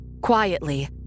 Quietly